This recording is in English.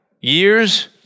Years